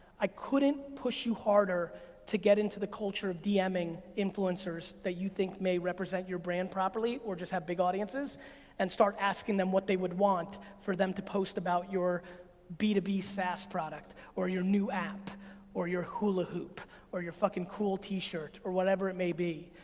i couldn't push you harder to get into the culture of dming influencers that you think may represent your brand properly or just have big audiences and start asking them what they would want for them to post about your b two b saas product or your new app or your hula hoop or your fucking cool t-shirt or whatever it may be.